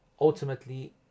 Ultimately